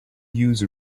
use